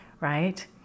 right